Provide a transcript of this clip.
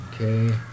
Okay